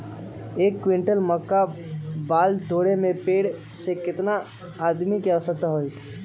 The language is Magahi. एक क्विंटल मक्का बाल तोरे में पेड़ से केतना आदमी के आवश्कता होई?